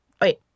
Wait